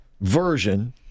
version